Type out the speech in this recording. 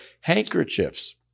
handkerchiefs